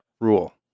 rule